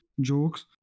jokes